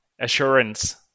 Assurance